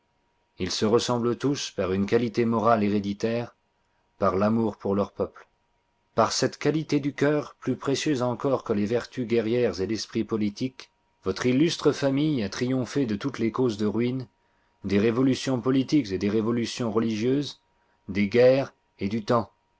ils se ressemblent tous par une qualité morale héréditaire par l'amour pour leurs peuples par cette qualité du cœur plus précieuse encore que les vertus guerrières et l'esprit politique votre illustre famille a triomphé de toutes les causes de ruine des révolutions politiques et des révolutions religieuses des guerres et du temps